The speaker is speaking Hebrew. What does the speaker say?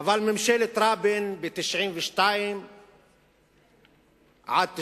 אבל ממשלת רבין מ-1992 עד 1996,